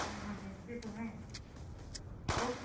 हाँ हम बेचते तो हैं थोक